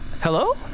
Hello